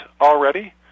already